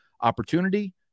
opportunity